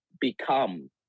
become